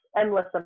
Endless